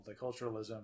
multiculturalism